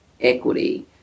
equity